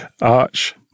Arch